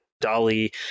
dolly